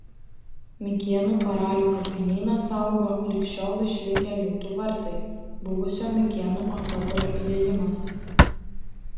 mikėnų karalių kapinyną saugo lig šiol išlikę liūtų vartai buvusio mikėnų akropolio įėjimas